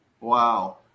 Wow